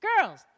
Girls